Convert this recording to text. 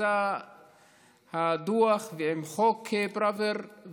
יצא הדוח עם חוק פראוור,